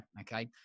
okay